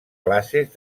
classes